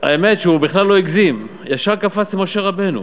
האמת שהוא בכלל לא הגזים, ישר קפץ למשה רבנו.